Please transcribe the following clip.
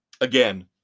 Again